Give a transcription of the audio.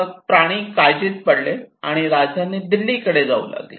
मग प्राणी काळजीत पडले आणि राजधानी दिल्लीकडे जाऊ लागले